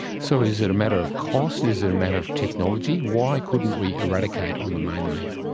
so is it a matter of cost, is it a matter of technology, why couldn't we eradicate on the mainland?